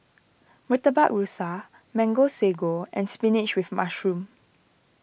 Murtabak Rusa Mango Sago and Spinach with Mushroom